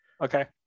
okay